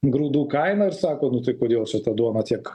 grūdų kainą ir sako nu tai kodėl čia ta duona tiek